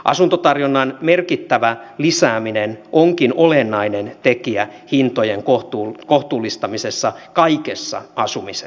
asuntotarjonnan merkittävä lisääminen onkin olennainen tekijä hintojen kohtuullistamisessa kaikessa asumisessa